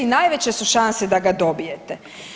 Najveće su šanse da ga dobijete.